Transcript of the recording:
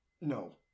No